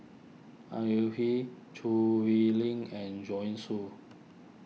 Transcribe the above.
Au Yee Hing Choo Hwee Lim and Joanne Soo